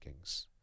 rankings